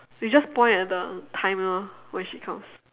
you just point at the timer when she comes